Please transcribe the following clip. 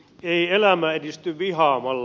ei elämä edisty vihaamalla